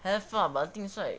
have lah but the thing is right